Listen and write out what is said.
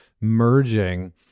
merging